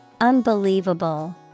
Unbelievable